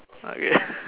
okay